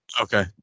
okay